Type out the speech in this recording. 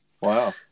Wow